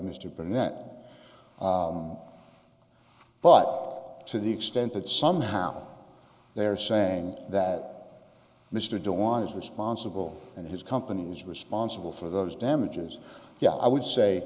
mr burnett but to the extent that somehow they're saying that mr don't want is responsible and his company was responsible for those damages yeah i would say